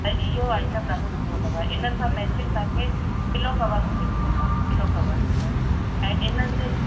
ऐं इयो आइटम ॾाढो सुठो अथव हिन सां मेचिंग तव्हांखे पिलो कवर बि मिली वेंदा पिलो कवर ऐं इन ते